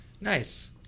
Nice